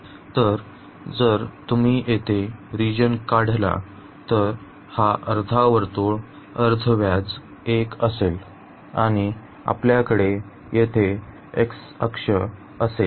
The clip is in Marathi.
तर जर तुम्ही येथे रिजन काढला तर हा अर्धा वर्तुळ अर्धव्याज 1 असेल आणि आपल्याकडे येथे एक्स अक्ष असेल